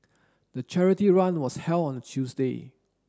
the charity run was held on Tuesday